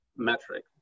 metric